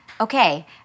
okay